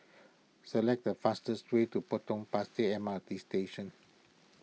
select the fastest way to Potong Pasir M R T Station